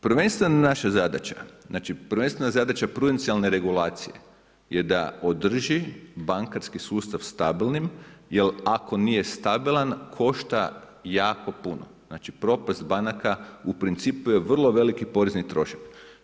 Prvenstveno naša zadaća, prvenstveno zadaća prudencijalne regulacije je da održi bankarski sustav stabilnim, jer ako nije stabilan košta jako puno, znači propast banaka u principu je vrlo veliki porezni trošak.